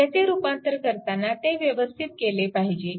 ह्याचे रूपांतर करताना ते व्यवस्थित केले पाहिजे